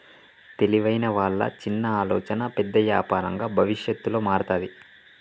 తెలివైన వాళ్ళ చిన్న ఆలోచనే పెద్ద యాపారంగా భవిష్యత్తులో మారతాది